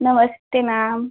नमस्ते मैम